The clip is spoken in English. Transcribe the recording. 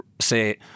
say